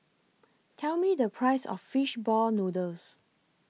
Tell Me The Price of Fish Ball Noodles